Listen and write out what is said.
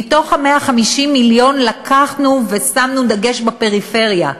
מ-150 המיליון לקחנו ושמנו דגש בפריפריה: